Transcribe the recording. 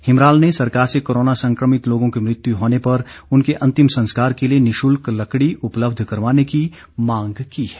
हिमराल ने सरकार से कोरोना संक्रमित लोगों की मृत्यु होने पर उनके अंतिम संस्कार के लिए लिए निशुल्क लकड़ी उपलब्ध करवाने की मांग की है